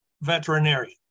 veterinarian